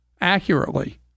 accurately